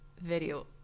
video